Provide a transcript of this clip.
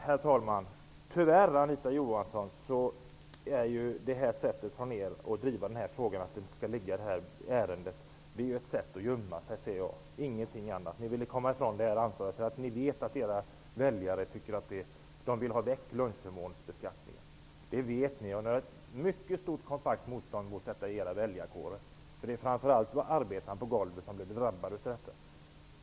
Herr talman! Jag anser att ert sätt att driva den här frågan, att den inte skall ligga i det här ärendet, är ett sätt att gömma sig, Anita Johansson. Ni ville komma ifrån det här ansvaret. Ni vet att era väljare vill ha bort beskattningen av lunchförmånerna. Det vet ni. Det finns ett mycket stort och kompakt motstånd mot beskattningen i er väljarkår. Det är framför allt arbetarna på golvet som drabbas av detta.